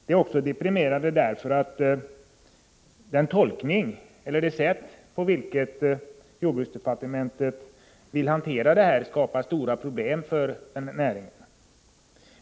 Det är deprimerande också därför att det sätt på vilket jordbruksdepartementet vill hantera denna fråga skapar stora problem för näringen.